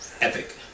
Epic